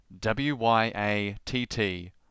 W-Y-A-T-T